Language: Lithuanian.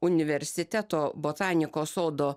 universiteto botanikos sodo